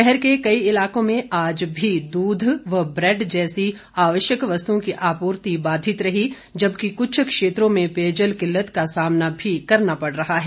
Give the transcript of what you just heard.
शहर के कई इलाकों में आज भी दूध व ब्रैड जैसी आवश्यक वस्तुओं की आपूर्ति बाधित रही जबकि कुछ क्षेत्रों में पेयजल किल्लत का सामना भी करना पड़ रहा है